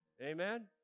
Amen